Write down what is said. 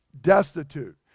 destitute